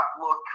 look